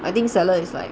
I think salad is like